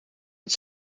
het